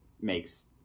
makes